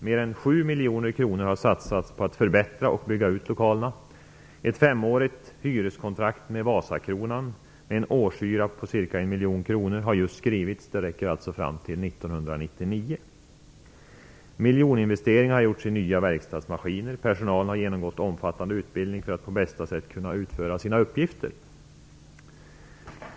Mer är 7 miljoner kronor har satsats på att förbättra och bygga ut lokalerna. Ett femårigt hyreskontrakt med Wasakronan, med en årshyra på ca 1 miljon kronor, har just skrivits. Det räcker fram till 1999. Miljoninvesteringar har gjorts i nya verkstadsmaskiner. Personalen har genomgått en omfattande utbildning för att på bästa sätt kunna utföra sina uppgifter.